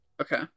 Okay